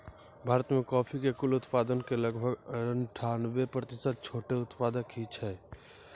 भारत मॅ कॉफी के कुल उत्पादन के लगभग अनठानबे प्रतिशत छोटो उत्पादक हीं छै